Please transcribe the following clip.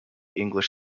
english